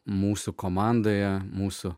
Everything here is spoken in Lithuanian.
mūsų komandoje mūsų